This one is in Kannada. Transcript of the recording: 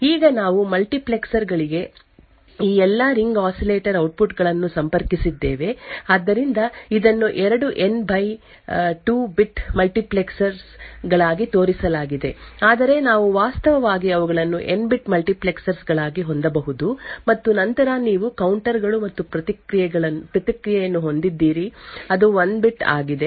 ಈಗ ನಾವು ಮಲ್ಟಿಪ್ಲೆಕ್ಸರ್ ಗಳಿಗೆ ಈ ಎಲ್ಲಾ ರಿಂಗ್ ಆಸಿಲೇಟರ್ ಔಟ್ಪುಟ್ ಗಳನ್ನು ಸಂಪರ್ಕಿಸಿದ್ದೇವೆ ಆದ್ದರಿಂದ ಇದನ್ನು ಎರಡು N by by 2 bit multiplexer ಗಳಾಗಿ ತೋರಿಸಲಾಗಿದೆ ಆದರೆ ನಾವು ವಾಸ್ತವವಾಗಿ ಅವುಗಳನ್ನು ಎನ್ ಬಿಟ್ ಮಲ್ಟಿಪ್ಲೆಕ್ಸರ್ ಗಳಾಗಿ ಹೊಂದಬಹುದು ಮತ್ತು ನಂತರ ನೀವು ಕೌಂಟರ್ ಗಳು ಮತ್ತು ಪ್ರತಿಕ್ರಿಯೆಯನ್ನು ಹೊಂದಿದ್ದೀರಿ ಅದು 1 ಬಿಟ್ ಆಗಿದೆ